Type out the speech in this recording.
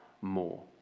more